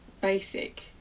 basic